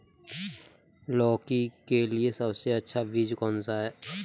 लौकी के लिए सबसे अच्छा बीज कौन सा है?